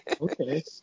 Okay